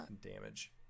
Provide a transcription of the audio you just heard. damage